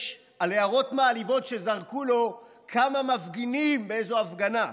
על הערות מעליבות שזרקו לו כמה מפגינים באיזו הפגנה.